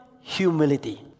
humility